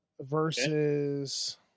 Versus